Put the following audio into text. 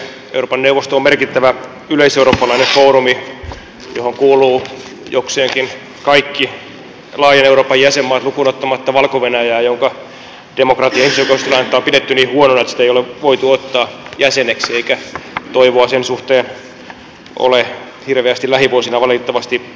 euroopan neuvosto on merkittävä yleiseurooppalainen foorumi johon kuuluvat jokseenkin kaikki laajan euroopan jäsenmaat lukuun ottamatta valko venäjää jonka demokratia ja ihmisoikeustilannetta on pidetty niin huonona että maata ei ole voitu ottaa jäseneksi eikä toivoa sen suhteen ole hirveästi lähivuosina valitettavasti nähtävissä